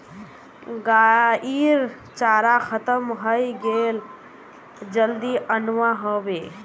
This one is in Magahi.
गाइर चारा खत्म हइ गेले जल्दी अनवा ह बे